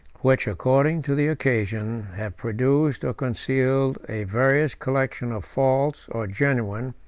which, according to the occasion, have produced or concealed a various collection of false or genuine,